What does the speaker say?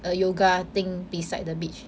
a yoga thing beside the beach